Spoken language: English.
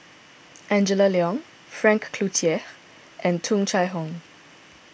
Angela Liong Frank Cloutier and Tung Chye Hong